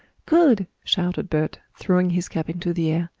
good! shouted bert, throwing his cap into the air.